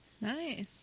Nice